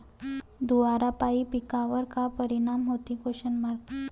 धुवारापाई पिकावर का परीनाम होते?